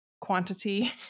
quantity